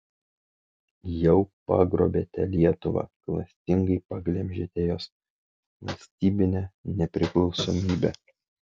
jau pagrobėte lietuvą klastingai paglemžėte jos valstybinę nepriklausomybę